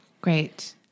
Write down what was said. Great